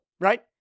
right